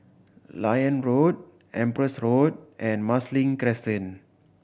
Liane Road Empress Road and Marsiling Crescent